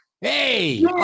Hey